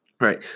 Right